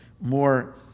more